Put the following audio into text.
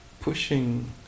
pushing